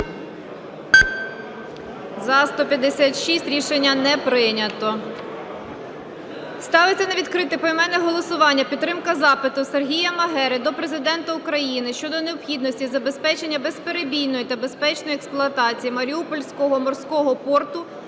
За-156 Рішення не прийнято. Ставиться на відкрите поіменне голосування підтримка запиту Сергія Магери до Президента України щодо необхідності забезпечення безперебійної та безпечної експлуатації Маріупольського морського порту